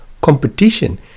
competition